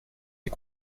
est